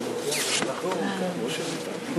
בבקשה, חבר הכנסת אברהם מיכאלי.